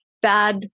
bad